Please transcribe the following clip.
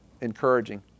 encouraging